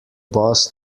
boss